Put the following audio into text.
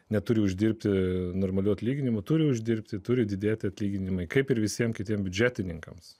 neturi uždirbti normalių atlyginimų turi uždirbti turi didėti atlyginimai kaip ir visiems kitiems biudžetininkams